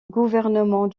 gouvernement